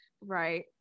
right